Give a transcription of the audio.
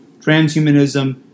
transhumanism